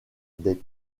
des